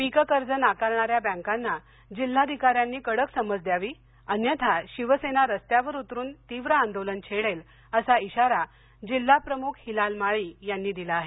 पिक कर्ज नाकारणार्यात बँकांना जिल्हाधिकार्यांनी कडक समज द्यावी अन्यथा शिवसेना रस्त्यांवर उतरुन तीव्र आंदोलन छेडेल असा इशारा जिल्हाप्रमुख हिलाल माळी यांनी दिला आहे